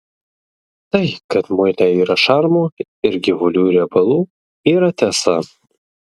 tai kad muile yra šarmų ir gyvulių riebalų yra tiesa